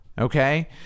Okay